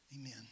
Amen